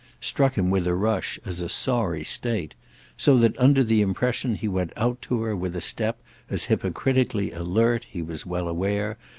struck him, with a rush, as a sorry state so that under the impression he went out to her with a step as hypocritically alert, he was well aware,